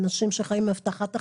אנשים שחיים מהבטחת הכנסה,